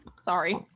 Sorry